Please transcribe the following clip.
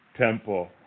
temple